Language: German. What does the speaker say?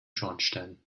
schornstein